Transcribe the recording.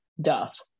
Duff